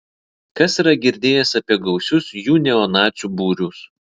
kas yra girdėjęs apie gausius jų neonacių būrius